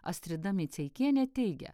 astrida miceikienė teigia